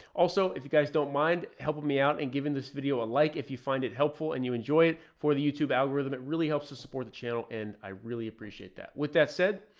also, if you guys don't mind helping me out and giving this video a like if you find it helpful and you enjoy it for the youtube algorithm, it really helps to support the channel. and i really appreciate that with that said,